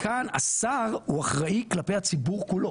כאן השר הוא אחראי כלפי הציבור כולו,